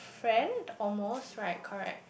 friend almost right correct